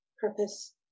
purpose